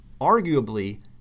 Arguably